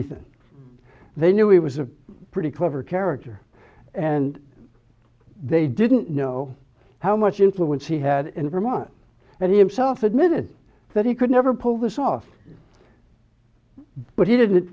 ethan they knew it was a pretty clever character and they didn't know how much influence he had in vermont and he himself admitted that he could never pull this off but he didn't